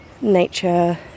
nature